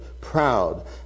proud